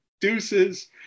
deuces